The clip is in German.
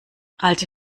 alte